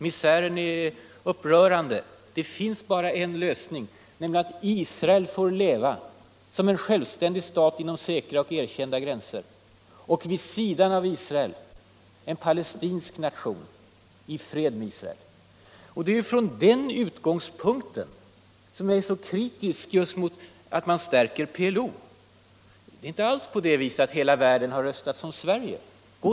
Misären är upprörande. Det finns bara en lösning: att Israel får leva som en självständig stat inom säkra och egna gränser och, vid sidan av Israel, en palestinsk nation i fred med Israel. Det är just från den utgångspunkten som jag är så kritisk mot att man stärker PLO. Det är inte alls på det viset att hela världen har röstat som Sverige.